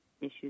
issues